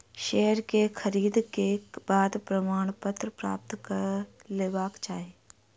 share के खरीद के बाद प्रमाणपत्र प्राप्त कय लेबाक चाही